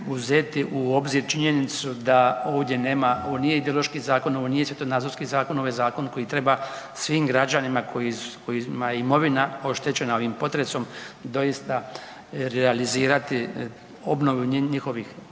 uzeti u obzir činjenicu da ovdje nema, ovo nije ideološki zakon, ovo nije svjetonazorski zakon, ovo je zakon koji treba svim građanima kojima je imovina oštećena ovim potresom doista realizirati obnovu njihovih objekata,